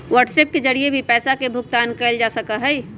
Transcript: WhatsApp के जरिए भी पैसा के भुगतान कइल जा सका हई